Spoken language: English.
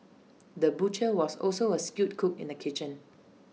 the butcher was also A skilled cook in the kitchen